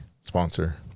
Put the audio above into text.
sponsor